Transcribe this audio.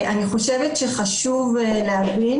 אני חושבת שחשוב להבין